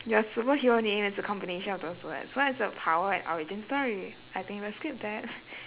your superhero name has the combination of those words what's your power and origin story I think let's skip that